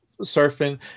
surfing